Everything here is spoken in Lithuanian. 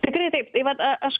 tikrai taip vait a aš